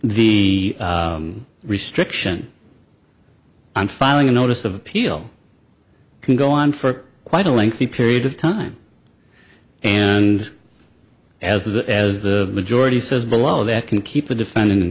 the restriction on filing a notice of appeal can go on for quite a lengthy period of time and as the as the majority says below that can keep the defend